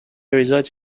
resides